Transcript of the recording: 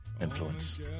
Influence